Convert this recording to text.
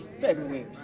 February